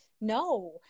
No